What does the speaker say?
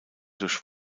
durch